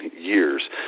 years